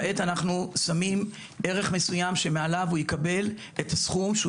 כעת אנחנו שמים ערך מסוים שמעליו הוא יקבל את הסכום שהוא